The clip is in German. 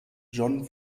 jon